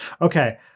Okay